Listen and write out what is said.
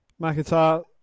McIntyre